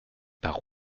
par